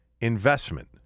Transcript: investment